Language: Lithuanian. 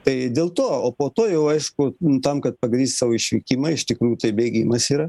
tai dėl to o po to jau aišku tam kad pagrįst savo išvykimą iš tikrųjų tai bėgimas yra